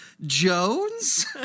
Jones